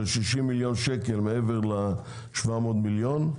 60 מיליון שקל מעבר ל-700 מיליון,